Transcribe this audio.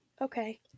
Okay